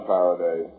Faraday